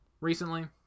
recently